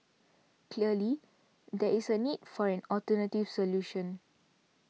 clearly there is a need for an alternative solution